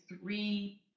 three